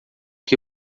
que